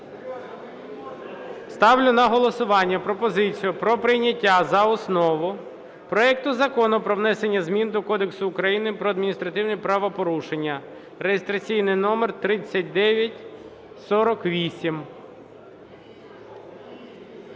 Ставлю на голосування пропозицію про прийняття за основу проекту Закону про внесення змін до Кодексу України про адміністративні правопорушення (реєстраційний номер 3948).